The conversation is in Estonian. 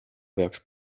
peaks